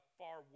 far